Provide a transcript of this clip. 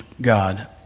God